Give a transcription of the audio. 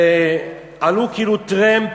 ועלו כאילו טרמפ,